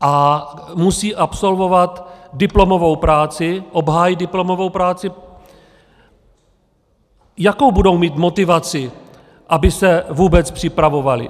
a musí absolvovat diplomovou práci, obhájit diplomovou práci, jakou budou mít motivaci, aby se vůbec připravovali.